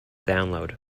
download